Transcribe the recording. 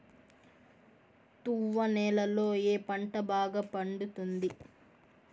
తువ్వ నేలలో ఏ పంట బాగా పండుతుంది?